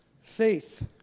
Faith